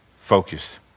focused